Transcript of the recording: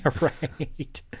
right